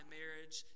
marriage